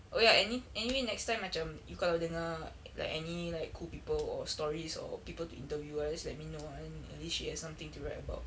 oh ya any~ anyway next time macam you kalau dengar like any like cool people or stories or people to interview ah just let me know ah then at least she has something to write about